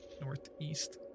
Northeast